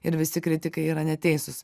ir visi kritikai yra neteisūs